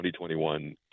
2021